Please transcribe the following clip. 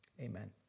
Amen